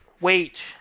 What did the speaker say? wait